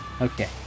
Okay